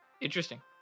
interesting